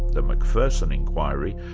the macpherson inquiry,